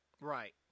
Right